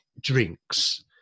drinks